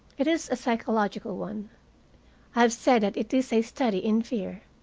it is a psychological one. i have said that it is a study in fear,